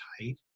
tight